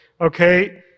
Okay